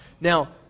Now